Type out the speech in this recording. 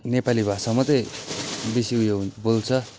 नेपाली भाषा मात्रै बेसी उयो बोल्छ